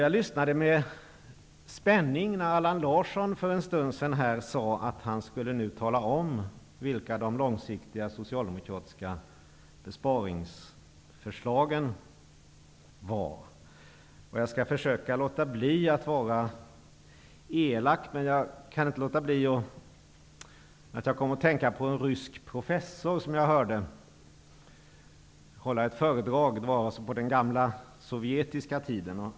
Jag lyssnade med spänning när Allan Larsson för en stund sedan sade att han nu skulle tala om vilka långsiktiga besparingsförslag som Socialdemokraterna har. Jag skall försöka låta bli att vara elak, men jag kunde inte underlåta att tänka på en rysk professor, som jag hörde hålla ett föredrag på den gamla sovjetiska tiden.